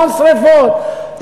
המון שרפות,